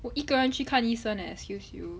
我一个人去看医生 leh excuse you